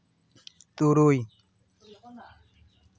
ᱛᱩᱨᱩᱭ